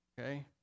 okay